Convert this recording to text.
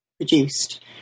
produced